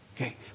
Okay